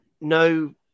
no